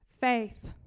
Faith